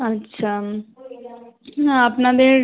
আচ্ছা না আপনাদের